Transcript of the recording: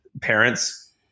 parents